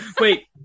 wait